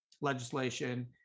legislation